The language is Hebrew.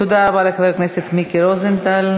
תודה רבה לחבר הכנסת מיקי רוזנטל.